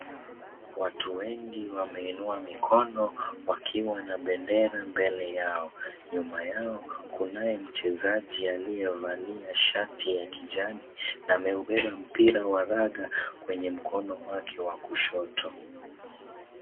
Watu wengi wameinua mikono wakiwa na bendera mbele yao nyuma yao. Kunaye mchezaji aliyevalia shati ya kijani na ameubeba mpira wa raga kwenye mkono wake wa kushoto.